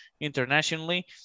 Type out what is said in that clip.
internationally